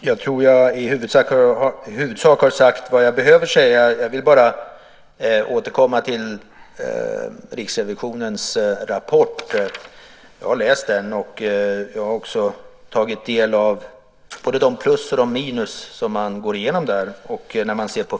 Herr talman! Jag tror att jag i huvudsak har sagt vad jag behöver säga. Jag vill bara återkomma till Riksrevisionens rapport. Jag har läst den, och jag har också tagit del av de plus och minus som man går igenom där.